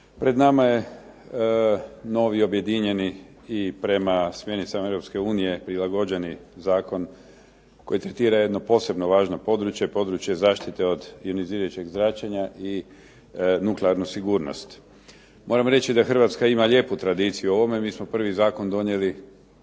Pred nama je novi objedinjeni i prema smjernicama Europske unije prilagođeni zakon koji tretira jedno posebno važno područje, područje zaštite od ionizirajućeg zračenja i nuklearnu sigurnost. Moram reći da Hrvatska ima lijepu tradiciju u ovome. Mi smo prvi zakon donijeli,